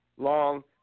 long